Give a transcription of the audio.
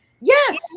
Yes